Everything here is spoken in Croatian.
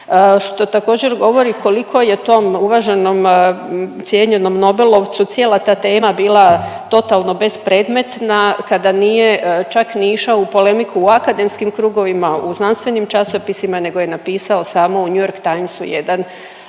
što također govori koliko je tom uvaženom, cijenjenom nobelovcu cijela ta tema bila totalno bespredmetna kada nije čak ni išao u polemiku u akademskim krugovima, u znanstvenim časopisima nego je napisao samo u New York Times jedan